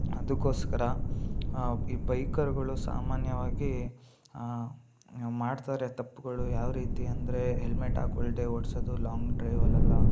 ಅದಕ್ಕೋಸ್ಕರ ಈ ಬೈಕರ್ಗಳು ಸಾಮಾನ್ಯವಾಗಿ ಮಾಡ್ತಾರೆ ತಪ್ಪುಗಳು ಯಾವ ರೀತಿ ಅಂದರೆ ಹೆಲ್ಮೆಟ್ ಹಾಕ್ಕೊಳ್ದೆ ಓಡಿಸೋದು ಲಾಂಗ್ ಡ್ರೈವಲ್ಲೆಲ್ಲ